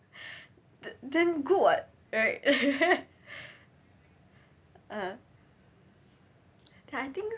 the~ then good [what] right mm but I think